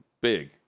big